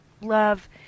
love –